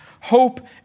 Hope